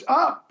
up